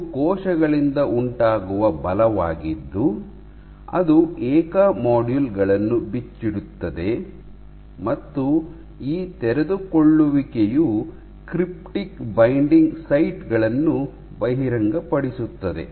ಇದು ಕೋಶಗಳಿಂದ ಉಂಟಾಗುವ ಬಲವಾಗಿದ್ದು ಅದು ಏಕ ಮಾಡ್ಯೂಲ್ ಗಳನ್ನು ಬಿಚ್ಚಿಡುತ್ತದೆ ಮತ್ತು ಈ ತೆರೆದುಕೊಳ್ಳುವಿಕೆಯು ಕ್ರಿಪ್ಟಿಕ್ ಬೈಂಡಿಂಗ್ ಸೈಟ್ ಗಳನ್ನು ಬಹಿರಂಗಪಡಿಸುತ್ತದೆ